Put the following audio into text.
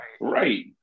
right